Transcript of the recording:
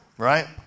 right